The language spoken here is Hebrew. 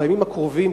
בימים הקרובים,